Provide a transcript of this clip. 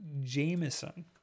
Jameson